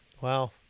Wow